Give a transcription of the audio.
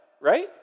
right